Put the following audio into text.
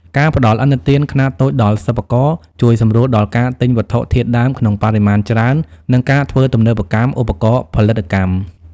ការផ្ដល់ឥណទានខ្នាតតូចដល់សិប្បករ ជួយសម្រួលដល់ការទិញវត្ថុធាតុដើមក្នុងបរិមាណច្រើន និងការធ្វើទំនើបកម្មឧបករណ៍ផលិតកម្ម។